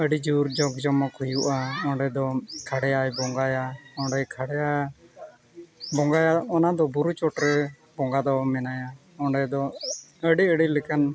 ᱟᱹᱰᱤ ᱡᱳᱨ ᱡᱟᱠ ᱡᱚᱢᱚᱠ ᱦᱩᱭᱩᱜᱼᱟ ᱚᱸᱰᱮ ᱫᱚ ᱠᱷᱟᱲᱭᱟᱭ ᱵᱚᱸᱜᱟᱭᱟ ᱚᱸᱰᱮ ᱠᱷᱟᱲᱭᱟ ᱵᱚᱸᱜᱟᱭᱟᱭ ᱚᱱᱟ ᱫᱚ ᱵᱩᱨᱩ ᱪᱚᱴ ᱨᱮ ᱵᱚᱸᱜᱟ ᱫᱚ ᱢᱮᱱᱟᱭᱟ ᱚᱸᱰᱮ ᱫᱚ ᱟᱹᱰᱤ ᱟᱹᱰᱤ ᱞᱮᱠᱟᱱ